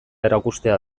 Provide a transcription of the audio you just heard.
erakustea